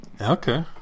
Okay